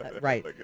Right